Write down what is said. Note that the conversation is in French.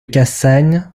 cassagne